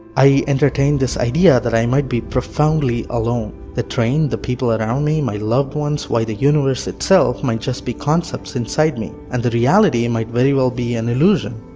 i entertained this idea that i might be profoundly alone. the train, the people around me, my loved ones, why the universe itself might just be concepts inside me, and the reality and might very well be an illusion.